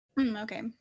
Okay